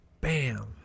Bam